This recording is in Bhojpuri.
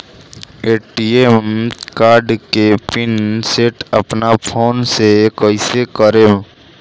ए.टी.एम कार्ड के पिन सेट अपना फोन से कइसे करेम?